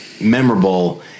memorable